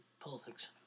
politics